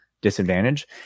disadvantage